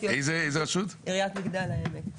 עיריית מגדל העמק,